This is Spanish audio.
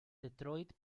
detroit